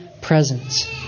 presence